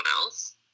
else